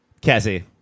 Cassie